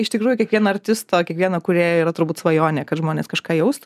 iš tikrųjų kiekvieno artisto kiekvieno kūrėjo yra turbūt svajonė kad žmonės kažką jaustų